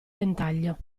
ventaglio